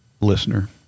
listener